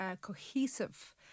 cohesive